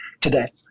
today